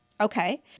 Okay